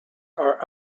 are